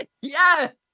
Yes